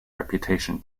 reputation